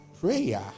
prayer